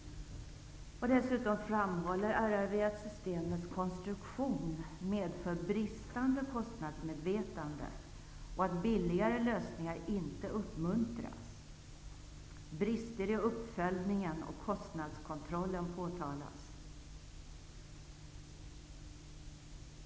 Dessutom framhöll RRV att systemets konstruktion medför bristande kostnadsmedvetande och att billigare lösningar inte uppmuntras. Brister i uppföljningen och kostnadskontrollen påtalades.